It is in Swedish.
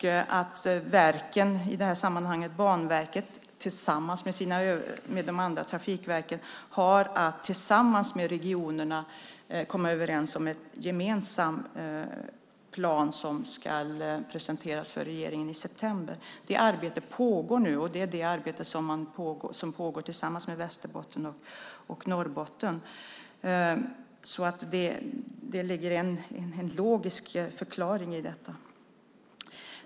Banverket har att tillsammans med de andra trafikverken och med regionerna komma överens om en gemensam plan som ska presenteras för regeringen i september. Det arbetet pågår tillsammans med Västerbotten och Norrbotten. Det ligger alltså en logisk förklaring i detta.